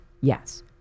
Yes